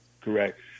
Correct